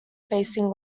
facing